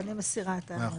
אז אני מסירה את הערעור.